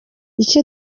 icyo